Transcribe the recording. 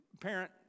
parent